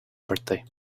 birthday